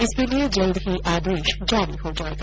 इसके लिए जल्द ही आदेश जारी हो जाएगा